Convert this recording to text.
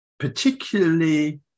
particularly